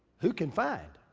who can find?